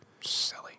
Silly